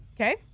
Okay